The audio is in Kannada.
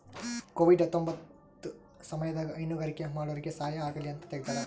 ಕೋವಿಡ್ ಹತ್ತೊಂಬತ್ತ ಸಮಯದಾಗ ಹೈನುಗಾರಿಕೆ ಮಾಡೋರ್ಗೆ ಸಹಾಯ ಆಗಲಿ ಅಂತ ತೆಗ್ದಾರ